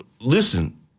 listen